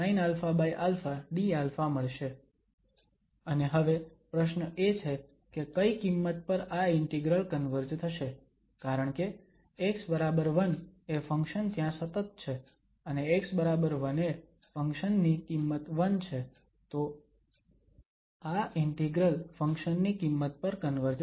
અને હવે પ્રશ્ન એ છે કે કઈ કિંમત પર આ ઇન્ટિગ્રલ કન્વર્જ થશે કારણકે x1 એ ફંક્શન ત્યાં સતત છે અને x1 એ ફંક્શન ની કિંમત 1 છે તો આ ઇન્ટિગ્રલ ફંક્શન ની કિંમત પર કન્વર્જ થશે